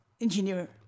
engineer